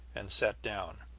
and sat down.